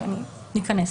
"תיקון